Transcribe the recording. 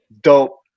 dope